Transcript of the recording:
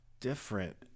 different